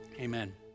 Amen